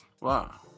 wow